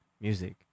music